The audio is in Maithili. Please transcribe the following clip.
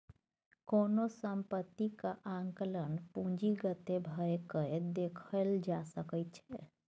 कोनो सम्पत्तीक आंकलन पूंजीगते भए कय देखल जा सकैत छै